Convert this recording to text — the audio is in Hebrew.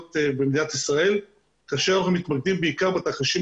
במדינת ישראל כאשר אנחנו מתמקדים בעיקר בתרחישים.